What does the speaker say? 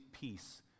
peace